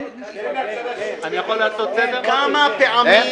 כמה פעמים,